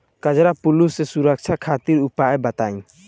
कजरा पिल्लू से सुरक्षा खातिर उपाय बताई?